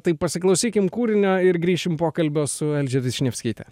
tai pasiklausykim kūrinio ir grįšim pokalbio su elže vyšniavskyte